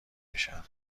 میشن